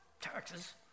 taxes